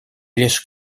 лишь